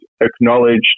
acknowledged